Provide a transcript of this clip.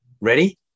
Ready